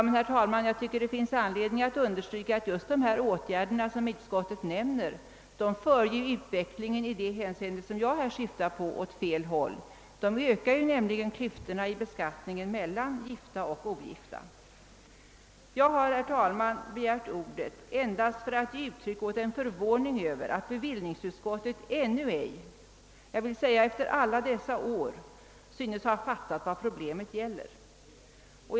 Men, herr talman, jag tycker det finns anledning att understryka att just de åtgärder som utskottet nämner för utvecklingen åt fel håll i det hänseende som jag här syftar på. De ökar nämligen klyftorna i beskattningen mellan gifta och ogifta. Jag har, herr talman, begärt ordet för att ge uttryck åt en förvåning över att bevillningsutskottet ännu icke, jag vill säga efter alla dessa år, synes ha fattat vad problemet verkligen gäller.